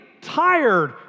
tired